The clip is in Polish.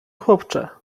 chłopcze